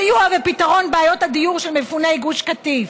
סיוע ופתרון של בעיות הדיור של מפוני גוש קטיף,